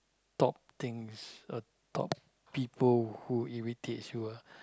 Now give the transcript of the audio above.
top things or top people who irritates you ah